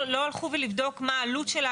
לא הלכו לבדוק מה העלות שלה,